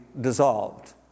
dissolved